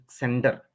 center